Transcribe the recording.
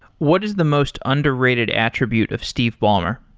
what is the most underrated attribute of steve ballmer?